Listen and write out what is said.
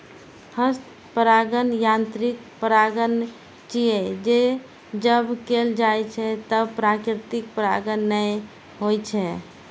हस्त परागण यांत्रिक परागण छियै, जे तब कैल जाइ छै, जब प्राकृतिक परागण नै होइ छै